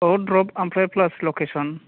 रद द्र'प ओमफ्राय प्लास लकेस'न